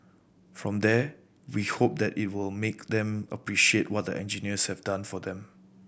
from there we hope that it will then make them appreciate what the engineers have done for them